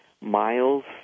miles